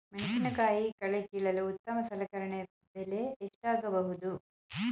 ಮೆಣಸಿನಕಾಯಿ ಕಳೆ ಕೀಳಲು ಉತ್ತಮ ಸಲಕರಣೆ ಬೆಲೆ ಎಷ್ಟಾಗಬಹುದು?